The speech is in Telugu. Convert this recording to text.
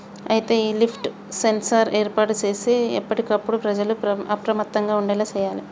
అయితే ఈ లిఫ్ట్ సెన్సార్ ఏర్పాటు సేసి ఎప్పటికప్పుడు ప్రజల అప్రమత్తంగా ఉండేలా సేయాలి